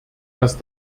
dass